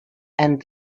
and